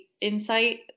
insight